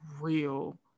real